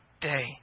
day